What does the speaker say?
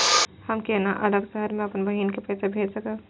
हम केना अलग शहर से अपन बहिन के पैसा भेज सकब?